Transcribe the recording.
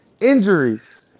injuries